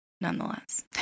nonetheless